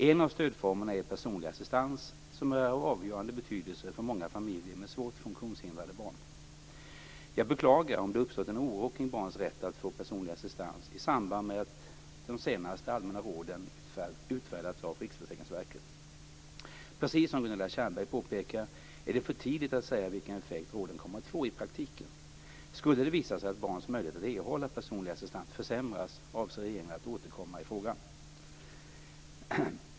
En av stödformerna är personlig assistans som är av avgörande betydelse för många familjer med svårt funktionshindrade barn. Jag beklagar om det uppstått en oro kring barns rätt att få personlig assistans i samband med att de senaste allmänna råden utfärdats av Precis som Gunilla Tjernberg påpekar är det för tidigt att säga vilken effekt råden kommer att få i praktiken. Skulle det visa sig att barns möjligheter att erhålla personlig assistans försämras avser regeringen att återkomma i frågan.